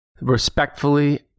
Respectfully